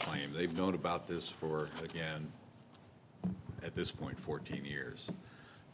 claim they've known about this for again at this point fourteen years